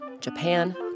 Japan